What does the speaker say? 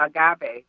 agave